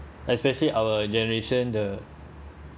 especially our generation the